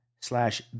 slash